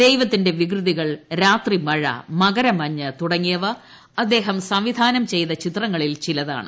ദൈവത്തിന്റെ വികൃതികൾ രാത്രിമഴ മകരമഞ്ഞ് തുടങ്ങിയവ അദ്ദേഹം സംവിധാനം ചെയ്ത ചിത്രങ്ങളിൽ ചിലതാണ്